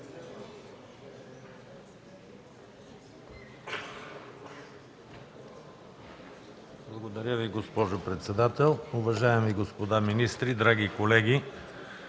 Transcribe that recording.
Благодаря Ви, госпожо председател. Уважаеми господа министри, драги колеги!